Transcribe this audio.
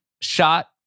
shot